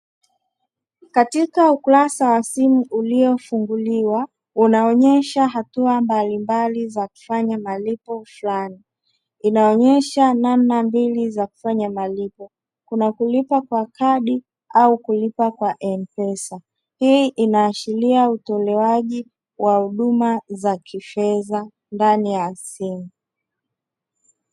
Katika ukurasa wa simu uliofunguliwa unaonyesha hatua mbalimbali za kufanya malipo flani. Inaonyesha namna mbili za kufanya malipo, kuna kulipa kwa kadi au kulipa kwa m-pesa. Hii inaashiria utolewaji wa huduma za kifedha ndani ya simu.